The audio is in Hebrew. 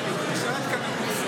בוסו,